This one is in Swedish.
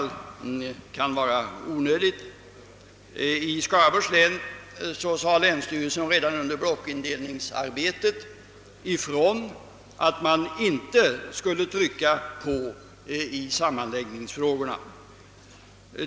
Länsstyrelsen i Skaraborgs län sade redan under blockindelningsarbetet ifrån, att man inte skulle trycka på i sammanläggningsfrågorna.